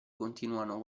continuano